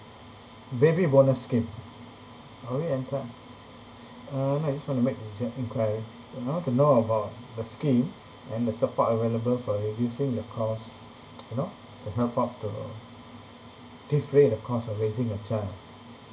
baby bonus scheme are we enti~ uh no I just want to make enquiry I want to know about the scheme and the support available for reducing the cost you know to help out to take away the cost of raising a child